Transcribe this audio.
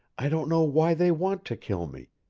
i don't know why they want to kill me,